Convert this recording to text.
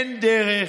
אין דרך,